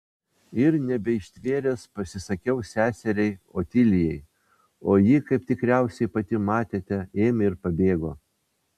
ir nebeištvėręs pasisakiau seseriai otilijai o ji kaip tikriausiai pati matėte ėmė ir pabėgo